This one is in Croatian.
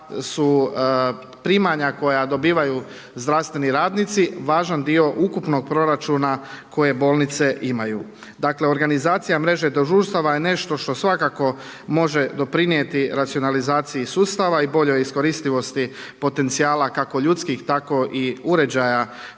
su primanja koja dobivaju zdravstveni radnici važan dio ukupnog proračuna kojeg bolnice imaju. Dakle, organizacija mreže dežurstava je nešto što svakako može doprinijeti racionalizaciji sustava i boljoj iskoristivosti potencijala kako ljudskih tako i uređaja